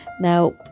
Now